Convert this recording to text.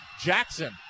Jackson